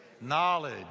knowledge